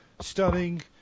stunning